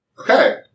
Okay